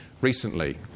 recently